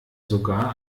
sogar